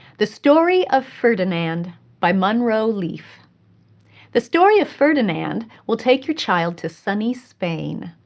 the story of ferdinand by munro leaf the story of ferdinand will take your child to sunny spain.